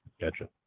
gotcha